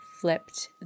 flipped